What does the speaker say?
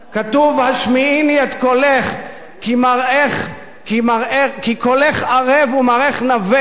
כתוב: השמיעיני את קולך, כי קולך ערב ומראך נאווה.